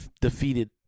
defeated